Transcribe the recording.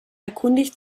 erkundigt